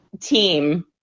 team